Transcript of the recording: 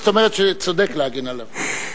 זאת אומרת שכשצודק להגן עליו.